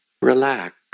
Relax